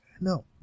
No